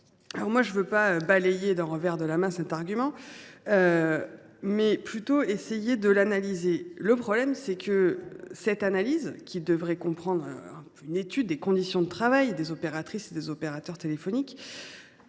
l’ont fait. Je ne vais pas balayer cet argument d’un revers de main ; je vais plutôt essayer de l’analyser. Le problème, c’est que cette analyse, qui devrait comprendre une étude des conditions de travail des opératrices et des opérateurs téléphoniques